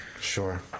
Sure